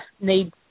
need